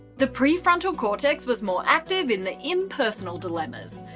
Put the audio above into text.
the prefrontal cortex was more active in the impersonal dilemmas.